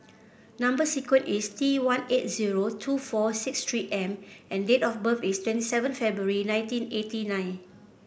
number sequence is T one eight zero two four six three M and date of birth is twenty seven February nineteen eighty nine